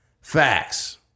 Facts